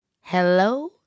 Hello